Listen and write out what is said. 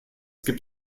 gibt